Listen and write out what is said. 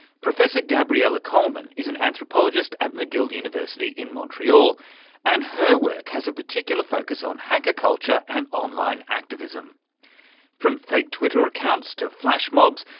professor gabriella coleman is an anthropologist at mcgill university in montreal and her work has a particular focus on hacker culture and online activism from fake twitter accounts to flash mobs,